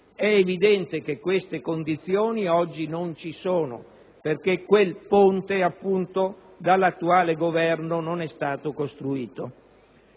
È evidente che queste condizioni oggi non ci sono, perché quel ponte, appunto, dall'attuale Governo non è stato costruito.